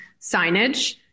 signage